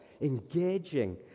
engaging